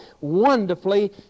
wonderfully